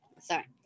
Sorry